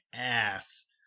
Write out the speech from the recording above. ass